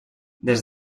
des